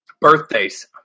birthdays